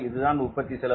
இதுதான் உற்பத்தி செலவு